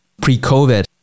pre-COVID